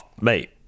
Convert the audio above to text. mate